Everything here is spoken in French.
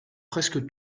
presque